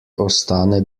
ostane